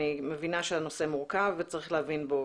אני מבינה שהנושא מורכב וצריך להבין בו.